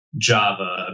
Java